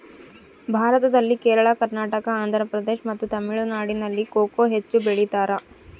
ಭಾರತದಲ್ಲಿ ಕೇರಳ, ಕರ್ನಾಟಕ, ಆಂಧ್ರಪ್ರದೇಶ್ ಮತ್ತು ತಮಿಳುನಾಡಿನಲ್ಲಿ ಕೊಕೊ ಹೆಚ್ಚು ಬೆಳಿತಾರ?